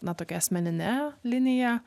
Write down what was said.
na tokia asmenine linija